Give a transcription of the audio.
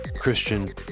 Christian